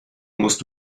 musst